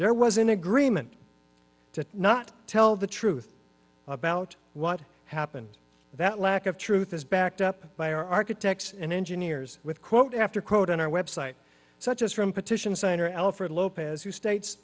there was an agreement to not tell the truth about what happened that lack of truth is backed up by architects and engineers with quote after quote on our website such as from petition signer alfred lopez who states